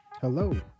Hello